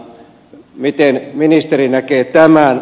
miten ministeri näkee tämän